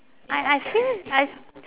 I I feel I